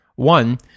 One